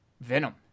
Venom